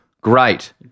Great